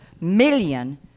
million